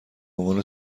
عنوان